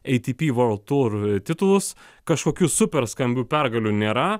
atp vorld tour titulus kažkokius super skambių pergalių nėra